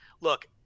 look